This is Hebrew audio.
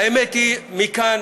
האמת היא שמכאן,